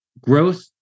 growth